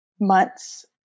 months